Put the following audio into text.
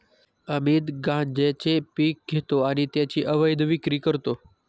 अमित गांजेचे पीक घेतो आणि त्याची अवैध विक्री करतो